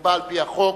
שנקבע על-פי החוק,